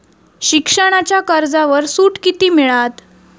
शिक्षणाच्या कर्जावर सूट किती मिळात?